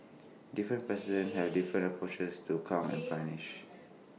different presidents have different approaches to crime and punish